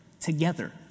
together